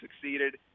succeeded